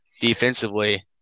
defensively